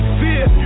fear